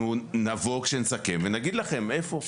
אנחנו נבוא כשנסכם ונגיד לכם איפה,